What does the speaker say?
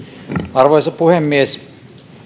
arvoisa puhemies